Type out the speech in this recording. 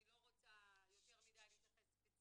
אני לא רוצה להתייחס ספציפית